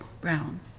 brown